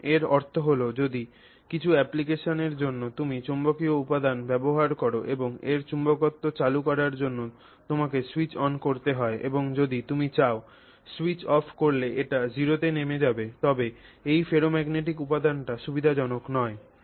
এখন এর অর্থ যদি কিছু অ্যাপ্লিকেশনের জন্য তুমি চৌম্বকীয় উপাদান ব্যবহার কর এবং এর চুম্বকত্ব চালু করার জন্য তোমাকে সুইচ অন করতে হয় এবং যদি তুমি চাও সুইচ অফ করলে এটি 0 তে নেমে যাবে তবে এই ফেরোম্যাগনেটিক উপাদানটি সুবিধাজনক নয়